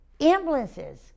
ambulances